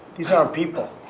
these aren't people.